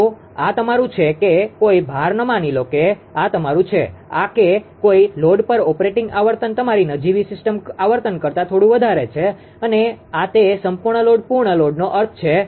તો આ તમારું છે કે કોઈ ભાર ન માની લો કે આ તમારું છે આ કે કોઈ લોડ પર ઓપરેટિંગ આવર્તન તમારી નજીવી સિસ્ટમ આવર્તન કરતા થોડું વધારે છે અને આ તે સંપૂર્ણ લોડ પૂર્ણ લોડનો અર્થ છે